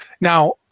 Now